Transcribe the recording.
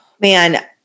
man